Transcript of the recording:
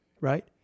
Right